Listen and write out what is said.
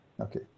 Okay